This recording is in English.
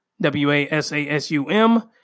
W-A-S-A-S-U-M